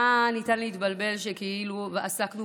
היה ניתן להתבלבל ולחשוב שכאילו עסקנו